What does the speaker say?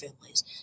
families